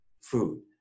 food